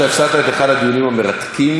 אתה הפסדת את אחד הדיונים המרתקים.